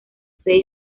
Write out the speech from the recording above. face